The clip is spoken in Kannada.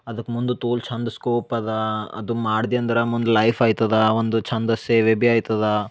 ಅದಕ್ಕೆ ಮುಂದ ತೋಲ್ ಚಂದ್ ಸ್ಕೋಪ್ ಅದಾ ಅದು ಮಾಡ್ದಿ ಅಂದ್ರ ಮುಂದೆ ಲೈಫ್ ಆಯ್ತದ ಒಂದು ಚಂದ್ ಸೇವೆ ಬಿ ಆಯ್ತದ